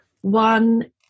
One